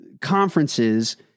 conferences